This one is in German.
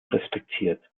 respektiert